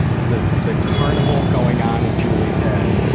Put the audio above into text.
the the carnival going on in julie's head.